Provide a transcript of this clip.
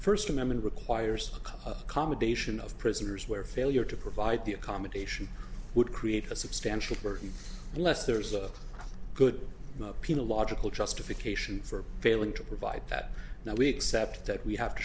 first amendment requires accommodation of prisoners where failure to provide the accommodation would create a substantial burden less there's a good people logical justification for failing to provide that now we accept that we have to